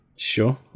Sure